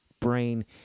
brain